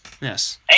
Yes